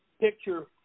picture